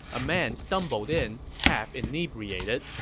a man stumbled in half inebriated,